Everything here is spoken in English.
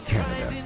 Canada